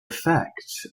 effect